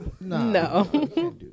No